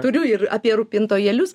turiu ir apie rūpintojėlius